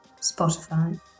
Spotify